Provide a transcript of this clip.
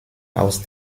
aus